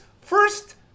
First